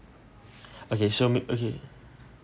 okay so me~ okay